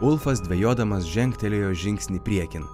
ulfas dvejodamas žengtelėjo žingsnį priekin